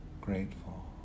grateful